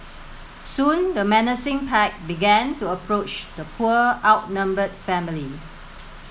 soon the menacing pack began to approach the poor outnumbered family